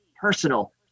personal